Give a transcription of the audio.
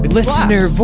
Listener